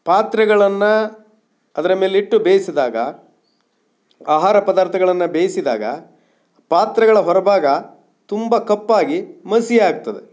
ಪಾತ್ರೆಗಳನ್ನು ಅದರ ಮೇಲೆ ಇಟ್ಟು ಬೇಯ್ಸಿದಾಗ ಆಹಾರ ಪದಾರ್ಥಗಳನ್ನು ಬೇಯಿಸಿದಾಗ ಪಾತ್ರೆಗಳ ಹೊರಭಾಗ ತುಂಬ ಕಪ್ಪಾಗಿ ಮಸಿ ಆಗ್ತದೆ